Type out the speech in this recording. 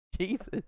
Jesus